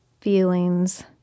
feelings